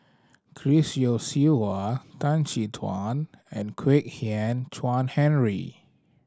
Chris Yeo Siew Hua Tan Chin Tuan and Kwek Hian Chuan Henry